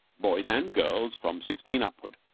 boys and girls, from sixteen upward,